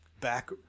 Back